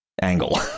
angle